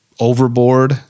Overboard